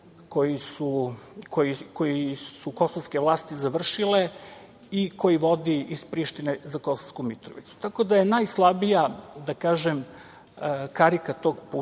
koji su kosovske vlasti završile i koji vodi iz Prištine za Kosovsku Mitrovicu, tako da je najslabija karika tog puta